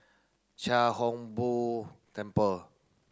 Chia Hung Boo Temple